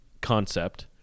concept